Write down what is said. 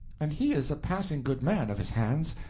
and he is a passing good man of his hands,